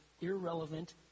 irrelevant